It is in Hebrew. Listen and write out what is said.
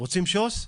רוצים שוס?